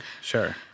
sure